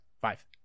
five